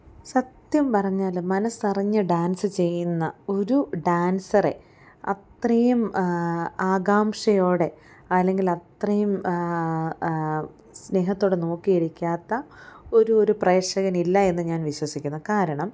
സത്യം പറഞ്ഞാൽ മനസ്സ് അറിഞ്ഞ് ഡാൻസ്സ് ചെയ്യുന്ന ഒരു ഡാൻസറെ അത്രയും ആകാംഷയോടെ അല്ലെങ്കിൽ അത്രയും സ്നേഹത്തോടെ നോക്കിയിരിക്കാത്ത ഒരു ഒരു പ്രേക്ഷകൻ ഇല്ല എന്ന് ഞാൻ വിശ്വസിക്കുന്നു കാരണം